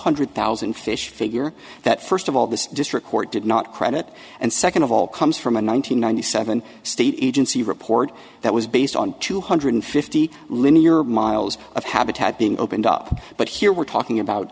hundred thousand fish figure that first of all this district court did not credit and second of all comes from a one thousand nine hundred seven state agency report that was based on two hundred fifty linear miles of habitat being opened up but here we're talking about